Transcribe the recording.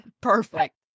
Perfect